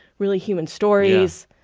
really human stories.